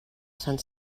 sant